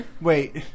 Wait